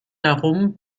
darum